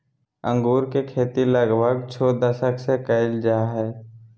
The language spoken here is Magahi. अंगूर के खेती लगभग छो दशक से कइल जा हइ